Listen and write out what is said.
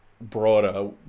broader